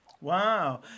Wow